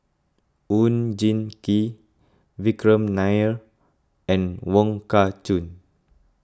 Oon Jin Gee Vikram Nair and Wong Kah Chun